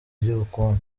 ry’ubukungu